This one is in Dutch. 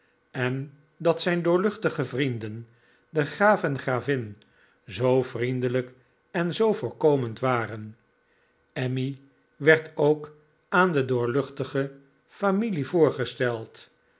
en dat zijn doorluchtige vrienden de graaf en de gravin zoo vriendelijk en zoo voorkomend waren emmy werd ook aan de doorluchtige familie voorgesteld